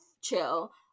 chill